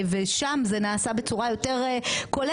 ושם זה נעשה בצורה יותר כוללת,